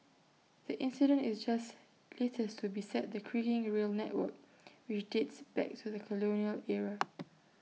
the incident is just latest to beset the creaking rail network which dates back to the colonial era